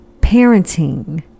parenting